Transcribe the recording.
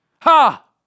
ha